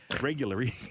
Regularly